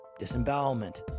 disembowelment